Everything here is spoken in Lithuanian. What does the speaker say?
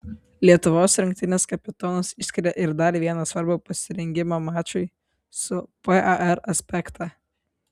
lietuvos rinktinės kapitonas išskiria ir dar vieną svarbų pasirengimo mačui su par aspektą